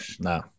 No